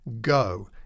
go